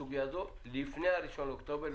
בסוגיה הזאת לפני הראשון באוקטובר.